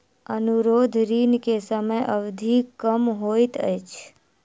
अनुरोध ऋण के समय अवधि कम होइत अछि